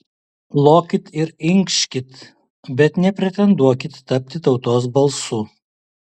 lokit ir inkškit bet nepretenduokit tapti tautos balsu